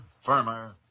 firmer